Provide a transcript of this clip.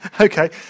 Okay